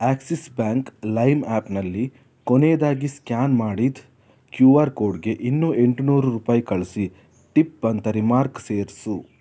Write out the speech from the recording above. Axis bank Lime ಆ್ಯಪ್ನಲ್ಲಿ ಕೊನೇದಾಗಿ scan ಮಾಡಿದ್ದ ಕ್ಯೂ ಆರ್ ಕೋಡ್ಗೆ ಇನ್ನೂ ಎಂಟು ನೂರು ರೂಪಾಯಿ ಕಳಿಸಿ ಟಿಪ್ ಅಂತ ರಿಮಾರ್ಕ್ ಸೇರಿಸು